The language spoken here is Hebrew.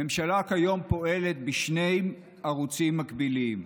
כיום הממשלה פועלת בשני ערוצים מקבילים: